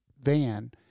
van